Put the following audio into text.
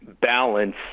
balance